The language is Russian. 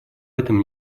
этом